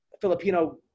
Filipino